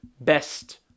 best